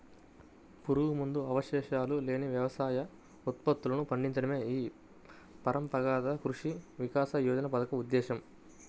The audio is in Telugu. పురుగుమందు అవశేషాలు లేని వ్యవసాయ ఉత్పత్తులను పండించడమే ఈ పరంపరాగత కృషి వికాస యోజన పథకం ఉద్దేశ్యం